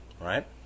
right